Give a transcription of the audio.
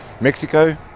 Mexico